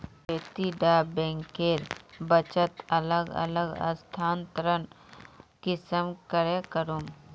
खेती डा बैंकेर बचत अलग अलग स्थानंतरण कुंसम करे करूम?